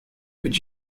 would